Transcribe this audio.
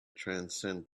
transcend